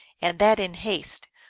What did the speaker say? and that in haste,